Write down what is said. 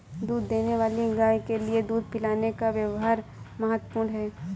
दूध देने वाली गाय के लिए दूध पिलाने का व्यव्हार महत्वपूर्ण है